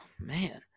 man